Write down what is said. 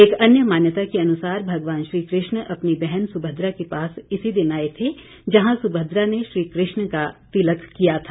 एक अन्य मान्यता के अनुसार भगवान श्री कृष्ण अपनी बहन सुभद्रा के पास इसी दिन आए थे जहां सुभद्रा ने श्री कृष्ण का तिलक किया था